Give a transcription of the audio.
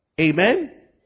amen